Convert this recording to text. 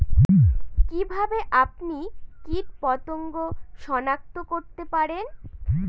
কিভাবে আপনি কীটপতঙ্গ সনাক্ত করতে পারেন?